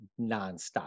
nonstop